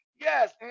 Yes